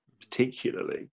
particularly